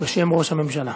בשם ראש הממשלה.